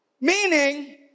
Meaning